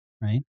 right